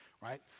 Right